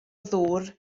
ddŵr